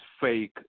fake